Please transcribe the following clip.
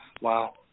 Wow